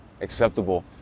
acceptable